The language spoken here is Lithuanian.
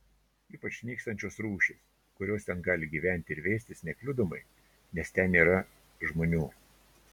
ypač nykstančios rūšys kurios ten gali gyventi ir veistis nekliudomai nes ten nėra žmonių